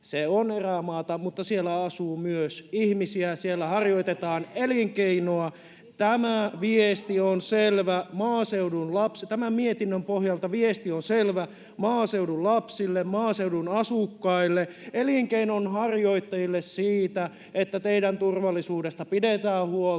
Se on erämaata, mutta siellä asuu myös ihmisiä, [Välihuuto] siellä harjoitetaan elinkeinoa. Tämä viesti on selvä, tämän mietinnön pohjalta viesti on selvä maaseudun lapsille, maaseudun asukkaille, elinkeinonharjoittajille siitä, että teidän turvallisuudestanne pidetään huolta,